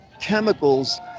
chemicals